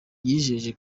yijeje